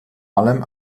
allem